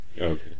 Okay